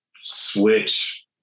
switch